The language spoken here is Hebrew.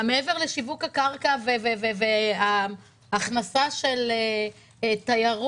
מעבר לשיווק הקרקע וההכנסה של תיירות,